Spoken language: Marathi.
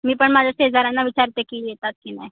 मी पण माझ्या शेजाऱ्यांना विचारते की येतात की नाही